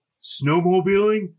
snowmobiling